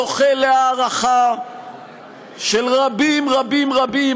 זוכה להערכה של רבים-רבים-רבים,